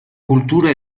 cultura